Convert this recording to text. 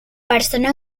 persona